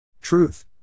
Truth